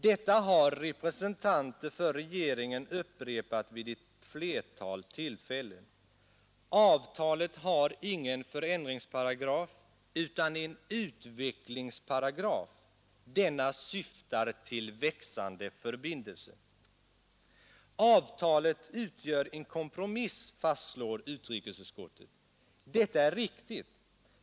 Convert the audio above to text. Detta har representanter för regeringen upprepat vid ett flertal tillfällen. Avtalet har ingen förändringsparagraf utan en utvecklingsparagraf. Denna syftar till växande förbindelser. Avtalet utgör en kompromiss, fastslår utrikesutskottet. Detta är riktigt.